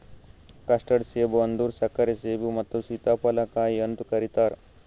custard ಸೇಬ ಅಂದುರ್ ಸಕ್ಕರೆ ಸೇಬು ಮತ್ತ ಸೀತಾಫಲ ಕಾಯಿ ಅಂತ್ ಕರಿತಾರ್